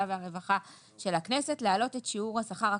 והרווחה של הכנסת להעלות את שיעור השכר הקובע,